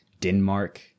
Denmark